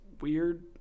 weird